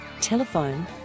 Telephone